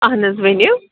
اَہن حظ ؤنِو